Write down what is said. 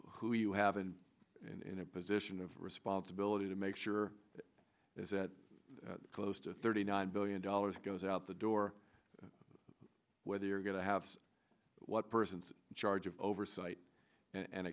who you have been in a position of responsibility to make sure it is that close to thirty nine billion dollars goes out the door whether you're going to have what persons in charge of oversight and